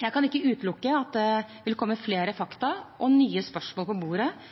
Jeg kan ikke utelukke at det vil komme flere fakta og nye spørsmål på bordet